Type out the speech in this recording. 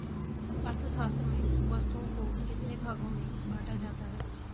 अर्थशास्त्र में वस्तुओं को कितने भागों में बांटा जाता है?